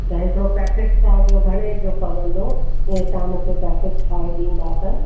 त हिकिड़ो पैकेट तव्हांजो घणे जो पवंदो ईअं तव्हां मूंखे पैकेट ठाहे ॾींदा त